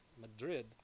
Madrid